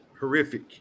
horrific